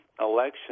election